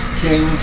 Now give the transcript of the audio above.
king